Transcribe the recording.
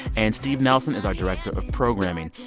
and steve nelson is our director of programming.